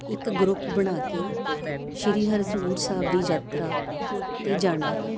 ਇੱਕ ਗਰੁੱਪ ਬਣਾ ਕੇ ਸ਼੍ਰੀ ਹਜ਼ੂਰ ਸਾਹਿਬ ਦੀ ਯਾਤਰਾ 'ਤੇ ਜਾਣਾ ਹੈ